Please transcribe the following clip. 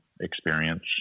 experience